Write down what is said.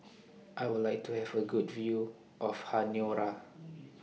I Would like to Have A Good View of Honiara